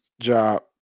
job